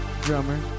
drummer